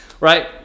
Right